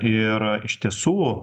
ir iš tiesų